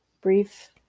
brief